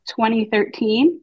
2013